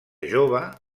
jove